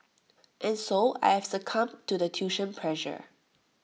and so I have succumbed to the tuition pressure